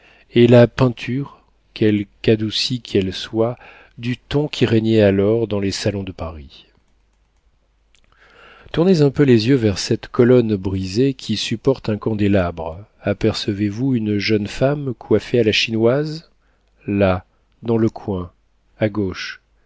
et la peinture quelque adoucie qu'elle soit du ton qui régnait alors dans les salons de paris tournez un peu les yeux vers cette colonne brisée qui supporte un candélabre apercevez vous une jeune femme coiffée à la chinoise là dans le coin à gauche